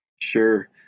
Sure